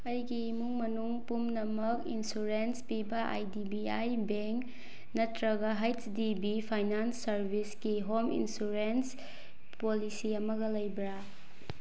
ꯑꯩꯒꯤ ꯏꯃꯨꯡ ꯃꯅꯨꯡ ꯄꯨꯝꯅꯃꯛ ꯏꯟꯁꯨꯔꯦꯟꯁ ꯄꯤꯕ I D B I bank ꯅꯠꯇ꯭ꯔꯒ ꯑꯩꯁ ꯗꯤ ꯕꯤ ꯐꯥꯏꯅꯥꯟꯁ ꯁꯔꯕꯤꯁꯀꯤ ꯍꯣꯝ ꯏꯟꯁꯨꯔꯦꯟꯁ ꯄꯣꯂꯤꯁꯤ ꯑꯃꯒ ꯂꯩꯕ꯭ꯔꯥ